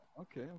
okay